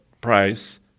price